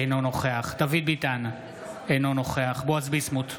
אינו נוכח דוד ביטן, אינו נוכח בועז ביסמוט,